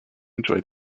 enjoy